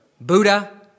Buddha